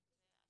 --- סמכויות?